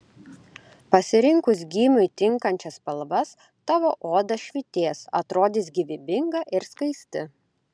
pasirinkus gymiui tinkančias spalvas tavo oda švytės atrodys gyvybinga ir skaisti